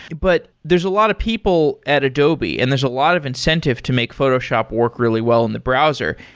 but there's a lot of people at adobe and there's a lot of incentive to make photoshop work really well in the browser.